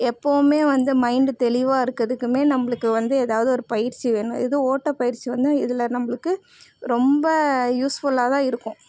எப்பவுமே வந்து மைண்ட்டு தெளிவாக இருக்கிறதுக்குமே நம்மளுக்கு வந்து ஏதாவது ஒரு பயிற்சி வேணும் இதுவும் ஓட்டப்பயிற்சி வந்து இதில் நம்மளுக்கு ரொம்ப யூஸ்ஃபுல்லாக தான் இருக்கும்